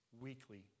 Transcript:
weekly